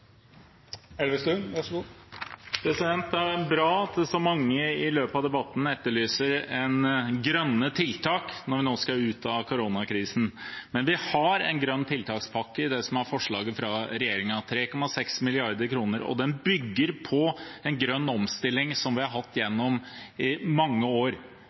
bra at så mange i løpet av debatten etterlyser grønne tiltak når vi nå skal ut av koronakrisen. Men vi har en grønn tiltakspakke – forslaget fra regjeringen – på 3,6 mrd. kr, og den bygger på en grønn omstilling som vi har hatt gjennom mange år,